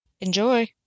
Enjoy